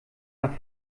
nach